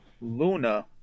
Luna